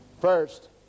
First